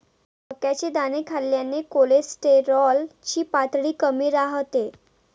मक्याचे दाणे खाल्ल्याने कोलेस्टेरॉल ची पातळी कमी राहते